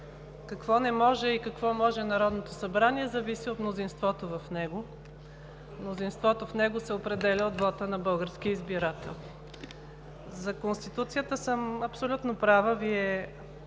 какво не може и какво може Народното събрание зависи от мнозинството в него. Мнозинството в него се определя от вота на българския избирател. За Конституцията съм абсолютно права – Вие